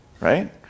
right